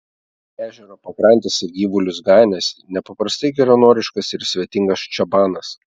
ežero pakrantėse gyvulius ganęs nepaprastai geranoriškas ir svetingas čabanas